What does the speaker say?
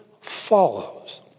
follows